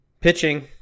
Pitching